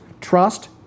trust